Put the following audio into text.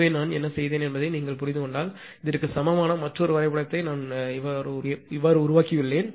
எனவே நான் என்ன செய்தேன் என்பதை நீங்கள் புரிந்துகொண்டால் இதற்கு சமமான மற்றொரு வரைபடத்தை நான் உருவாக்கியுள்ளேன்